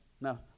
Now